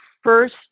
first